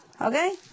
okay